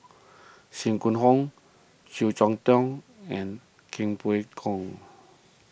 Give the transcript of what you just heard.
Sim Gong Hoo Yeo Cheow Tong and king Pway Ngon